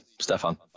Stefan